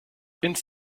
ins